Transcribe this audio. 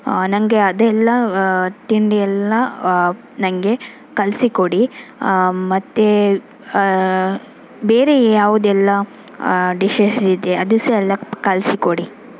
ನನಗೆ ಅದೆಲ್ಲ ತಿಂಡಿ ಎಲ್ಲ ನನಗೆ ಕಳಿಸಿಕೊಡಿ ಮತ್ತು ಬೇರೆ ಯಾವುದೆಲ್ಲ ಡಿಶಸ್ ಇದೆ ಅದು ಸಹ ಎಲ್ಲ ಕಳಿಸಿಕೊಡಿ